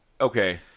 okay